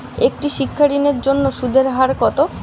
একটি শিক্ষা ঋণের জন্য সুদের হার কত?